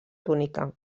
túnica